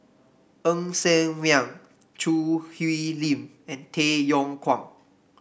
Ng Ser Miang Choo Hwee Lim and Tay Yong Kwang